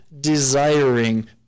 desiring